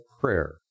prayer